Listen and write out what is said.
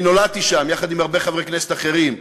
אני נולדתי שם, יחד עם הרבה חברי כנסת אחרים.